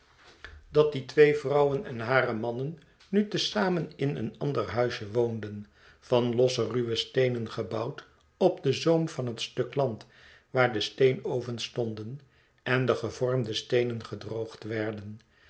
dat die twee vrouwen en hare mannen nu te zamen in een ander huisje woonden van losse ruwe steenen gebouwd op den zoom van het stuk land waar de steenovens stonden en de gevormde steenen gedroogd werden